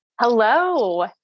Hello